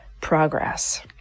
progress